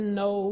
no